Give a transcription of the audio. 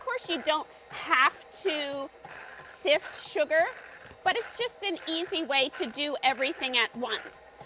course you don't have to sift sugar but it's just an easy way to do everything at once.